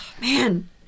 Man